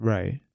Right